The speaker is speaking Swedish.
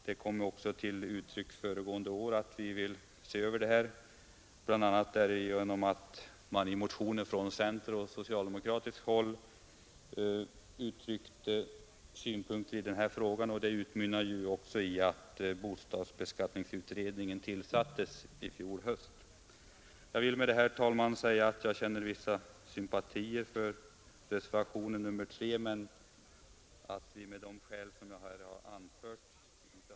Det kom bl.a. till uttryck vid fjolårets riksdag där motioner från centerhåll och socialdemokratiskt håll resulterade i att bostadsskattekommittén tillsattes i fjol höst. Jag vill med detta, herr talman, säga att jag känner vissa sympatier för reservationen 3 men att vi av de skäl jag här anfört inte ansett oss kunna tillstyrka de tilläggsdirektiv som krävs i reservationen 3.